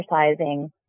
exercising